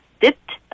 dipped